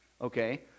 okay